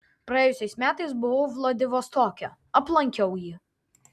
praėjusiais metais buvau vladivostoke aplankiau jį